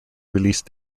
release